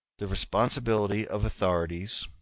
the responsibility of authorities,